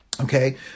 okay